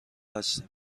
هستیم